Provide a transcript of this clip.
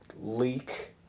leak